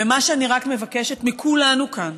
ומה שאני רק מבקשת מכולנו כאן